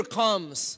comes